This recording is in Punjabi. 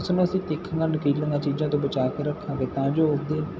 ਇਸਨੂੰ ਅਸੀਂ ਤੇਖੀ ਨਾਲ ਲਟੀਲਾਂ ਚੀਜ਼ਾਂ ਤੋਂ ਬਚਾ ਕੇ ਰੱਖਾਂਗੇ ਤਾਂ ਜੋ ਤਾਂ ਜੋ